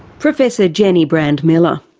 professor jennie brand-miller.